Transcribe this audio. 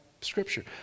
scripture